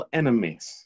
enemies